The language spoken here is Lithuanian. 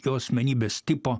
jo asmenybės tipo